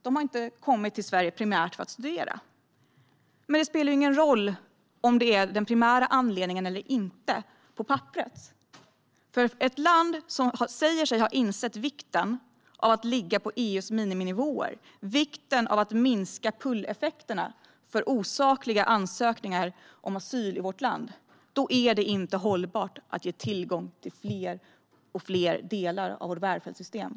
De har inte kommit till Sverige primärt för att studera. Det spelar ingen roll om det är den primära anledningen eller inte på papperet. För ett land som säger sig att ha insett vikten av att ligga på EU:s miniminivåer och att minska pulleffekterna för osakliga ansökningar om asyl i vårt land är det inte hållbart att ge tillgång till allt fler delar av vårt välfärdssystem.